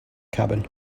cabin